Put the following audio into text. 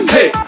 Hey